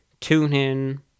TuneIn